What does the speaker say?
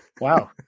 wow